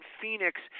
Phoenix